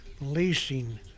leasing